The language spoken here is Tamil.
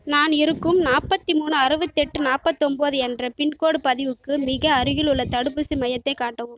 நான் இருக்கும் நாற்பத்தி மூணு அறுபத்தெட்டு நாப்பத்தொம்பது என்ற பின்கோடு பதிவுக்கு மிக அருகிலுள்ள தடுப்பூசி மையத்தை காட்டவும்